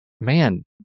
man